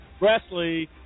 Grassley